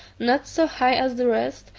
not so high as the rest,